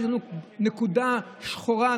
יש לנו נקודה שחורה.